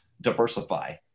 diversify